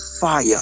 fire